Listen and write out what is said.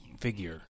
figure